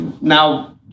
Now